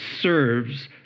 serves